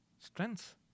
strengths